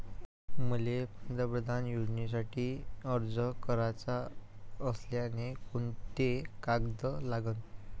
मले पंतप्रधान योजनेसाठी अर्ज कराचा असल्याने कोंते कागद लागन?